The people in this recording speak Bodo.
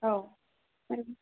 औ